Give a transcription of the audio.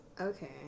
Okay